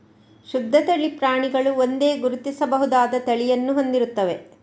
ಶುದ್ಧ ತಳಿ ಪ್ರಾಣಿಗಳು ಒಂದೇ, ಗುರುತಿಸಬಹುದಾದ ತಳಿಯನ್ನು ಹೊಂದಿರುತ್ತವೆ